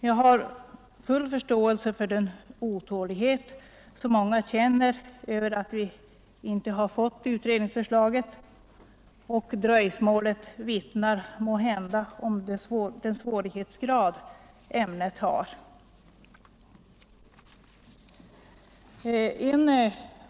Jag har full förståelse för den otålighet som många känner över att vi inte har fått utredningsförslaget, men dröjsmålet vittnar måhända om den svårighetsgrad ämnet har.